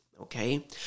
Okay